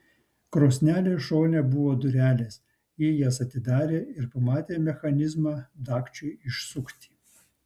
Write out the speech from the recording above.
krosnelės šone buvo durelės ji jas atidarė ir pamatė mechanizmą dagčiui išsukti